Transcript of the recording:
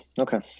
okay